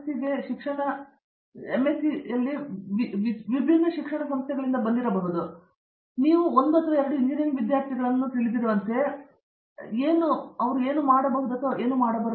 ಸಿಗೆ ಶಿಕ್ಷಣ ನೀಡುತ್ತಿರುವ ವಿವಿಧ ಸಂಸ್ಥೆಗಳಿಂದ ಬಂದಿರಬಹುದು ಮತ್ತು ನೀವು ಒಂದು ಅಥವಾ ಎರಡು ಎಂಜಿನಿಯರಿಂಗ್ ವಿದ್ಯಾರ್ಥಿಗಳನ್ನು ತಿಳಿದಿರುವಂತೆ ನೀವು ಏನು ಮಾಡಬಾರದು ಎಂದು ಹೇಳಬಹುದು